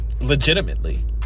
legitimately